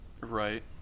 Right